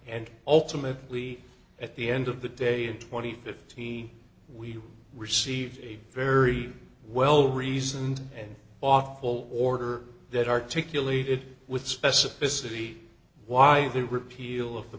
and ultimately at the end of the day twenty fifty we received a very well reasoned and awful order that articulated with specificity why the repeal of the